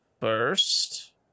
first